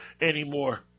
anymore